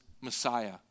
Messiah